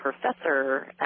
professor